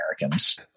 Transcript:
Americans